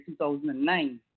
2009